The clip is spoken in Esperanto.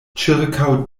ĉirkaŭ